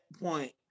point